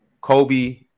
Kobe